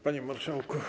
Panie Marszałku!